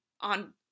on